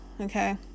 okay